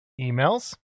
emails